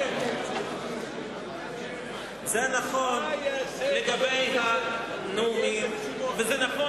זה נכון לגבי הנאומים וזה נכון,